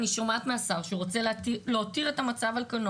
אני שומעת מהשר שהוא רוצה להותיר את המצב על כנו,